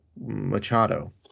Machado